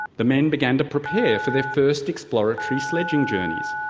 the men began to prepare for their first exploratory sledging journeys.